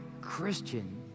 Christian